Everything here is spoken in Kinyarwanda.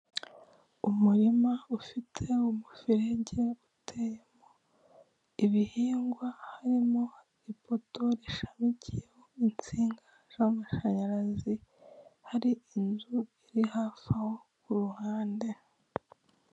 Umurima ufite umuferege uteyemo ibihingwa, harimo ipoto rishamikiyeho insinga z'amashanyarazi. Hari inzu iri hafi aho ku ruhande.